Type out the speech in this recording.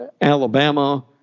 Alabama